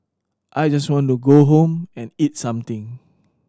I just want to go home and eat something